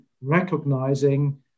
recognizing